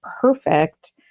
perfect